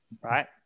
right